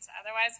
Otherwise